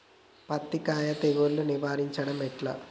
పత్తి కాయకు తెగుళ్లను నివారించడం ఎట్లా?